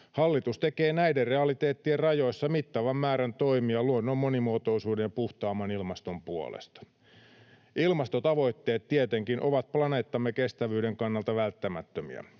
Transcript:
Hallitus tekee näiden realiteettien rajoissa mittavan määrän toimia luonnon monimuotoisuuden ja puhtaamman ilmaston puolesta. Ilmastotavoitteet tietenkin ovat planeettamme kestävyyden kannalta välttämättömiä.